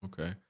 okay